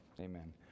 amen